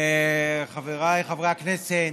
חבריי חברי הכנסת,